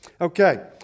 Okay